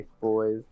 boys